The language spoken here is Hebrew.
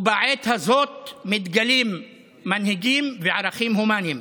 ובעת הזאת מתגלים מנהיגים וערכים הומניים.